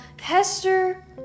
Hester